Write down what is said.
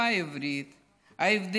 ממשלת